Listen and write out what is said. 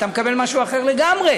אתה מקבל משהו אחר לגמרי,